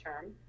term